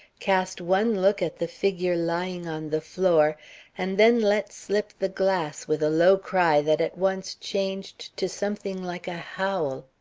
cast one look at the figure lying on the floor and then let slip the glass with a low cry that at once changed to something like a howl.